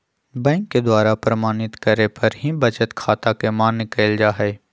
bank के द्वारा प्रमाणित करे पर ही बचत खाता के मान्य कईल जाहई